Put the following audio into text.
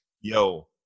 yo